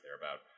thereabout